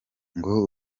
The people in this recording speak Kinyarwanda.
ngo